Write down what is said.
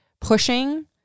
pushing